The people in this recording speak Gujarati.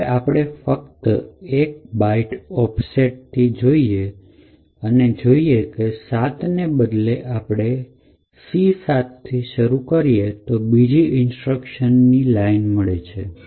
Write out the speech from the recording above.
તો હવે આપે આપણે ફક્ત 1 byte offset થી જોઈએ અને જોઈએ કે ૭ ને બદલે આપણે C ૭થી શરૂ કરીએ તો બીજી ઇન્સ્ટ્રક્શન ની લાઈન મળે છે